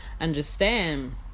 understand